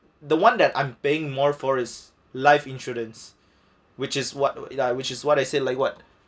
the one that I'm paying more for is life insurance which is what ya which is what I said like what